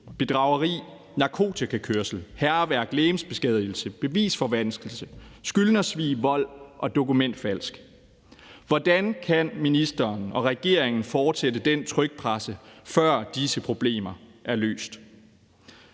bedrageri, narkotikakørsel, hærværk, legemsbeskadigelse, bevisforvanskelse, skyldnersvig, vold og dokumentfalsk. Hvordan kan ministeren og regeringen fortsætte den trykpresse, før disse problemer er løst?